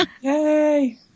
Yay